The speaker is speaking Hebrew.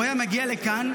הוא היה מגיע לכאן,